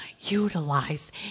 utilize